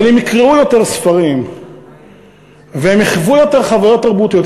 אבל הם יקראו יותר ספרים והם יחוו יותר חוויות תרבותיות,